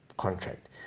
Contract